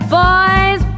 boys